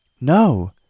No